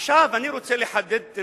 עכשיו אני רוצה לחדד את